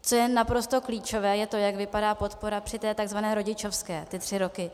Co je naprosto klíčové, je to, jak vypadá podpora při té tzv. rodičovské, ty tři roky.